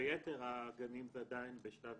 ויתר הגנים זה עדיין בשלב